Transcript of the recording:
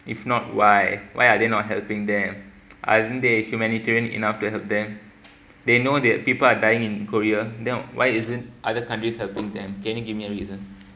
if not why why are they not helping them aren't they humanitarian enough to help them they know that people are dying in korea then why isn't other countries helping them can you give me a reason